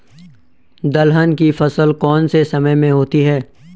दलहन की फसल कौन से समय में होती है?